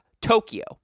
Tokyo